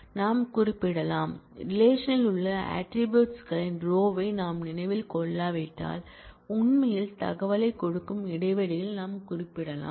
நாம் குறிப்பிடலாம் ரிலேஷன் ல் உள்ள ஆட்ரிபூட்ஸ் களின் ரோயை நாம் நினைவில் கொள்ளாவிட்டால் உண்மையில் தகவலைக் கொடுக்கும் இடைவெளியில் நாம் குறிப்பிடலாம்